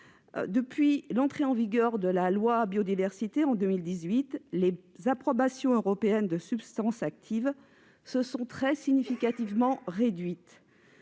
depuis l'entrée en vigueur de la loi Biodiversité en 2018, les approbations européennes de substances actives se sont très significativement réduites.